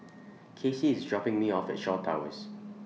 Kaci IS dropping Me off At Shaw Towers